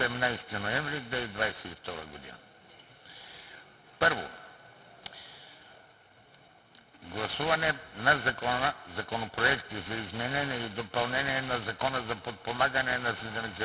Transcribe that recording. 18 ноември 2022 г.: „1. Първо гласуване на законопроекти за изменение и допълнение на Закона за подпомагане на